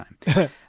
time